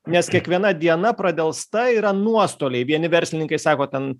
nes kiekviena diena pradelsta yra nuostoliai vieni verslininkai sako ten